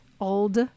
old